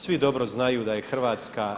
Svi dobro znaju da je Hrvatska